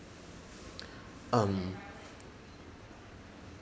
um